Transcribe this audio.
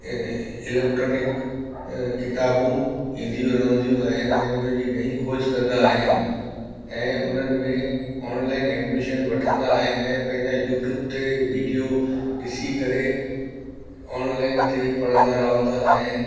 electronic किताबूं ईंदियूं रहंदियूं आहिनि ऐं उन जी नई खोज कंदा आहिनि ऐं उन्हनि में ऑनलाइन एडमिशन वठंदा आहिनि ऐं पंहिंजा यूट्यूब ते वीडियो ॾिसी करे ऑनलाइन ते पढ़ंदा रहंदा आहिनि